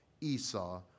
Esau